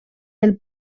del